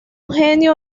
genio